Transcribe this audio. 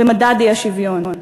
במדד האי-שוויון.